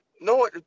no